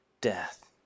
death